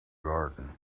garden